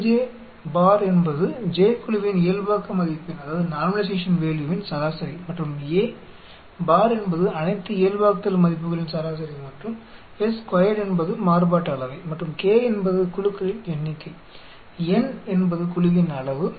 aj bar என்பது j குழுவின் இயல்பாக்க மதிப்பின் சராசரி மற்றும் a bar என்பது அனைத்து இயல்பாக்குதல் மதிப்புகளின் சராசரி மற்றும் s2 என்பது மாறுபாட்டு அளவை மற்றும் k என்பது குழுக்களின் எண்ணிக்கை n என்பது குழுவின் அளவு